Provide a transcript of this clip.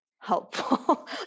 helpful